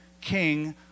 king